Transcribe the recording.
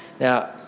Now